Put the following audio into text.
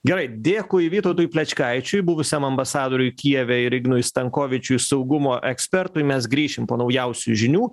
gerai dėkui vytautui plečkaičiui buvusiam ambasadoriui kijeve ir ignui stankovičiui saugumo ekspertui mes grįšim po naujausių žinių